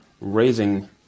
raising